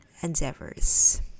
endeavors